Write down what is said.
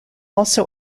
also